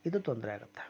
ಇದು ತೊಂದರೆ ಆಗುತ್ತೆ